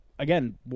Again